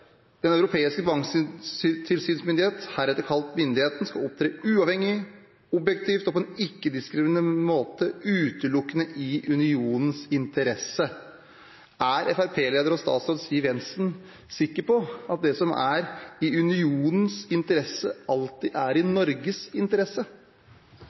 den europeiske tilsynsmyndighet , heretter kalt «Myndigheten», opptre uavhengig, objektivt og på en ikke-diskriminerende måte utelukkende i Unionens interesse.» Norge er ikke medlem i unionen, takket være det norske folk som har sagt nei to ganger. Er Fremskrittspartiet nå overbevist om at det som er i unionens interesse, er